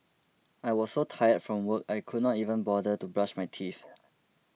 I was so tired from work I could not even bother to brush my teeth